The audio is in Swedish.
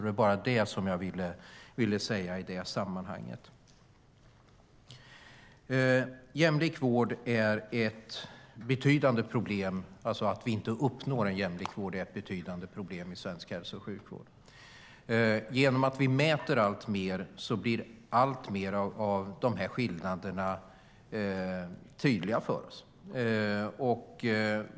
Det var bara det jag ville säga i det sammanhanget. Att vi inte uppnår en jämlik vård är ett betydande problem i svensk hälso och sjukvård. Genom att vi mäter alltmer blir alltmer av skillnaderna tydliga för oss.